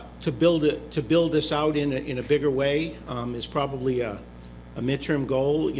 to build ah to build this out in ah in a bigger way is probably ah a midterm goal, yeah